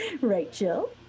Rachel